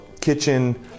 kitchen